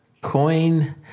coin